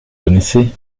connaissez